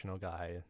guy